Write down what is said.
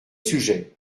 sujet